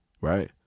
right